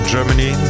Germany